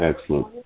Excellent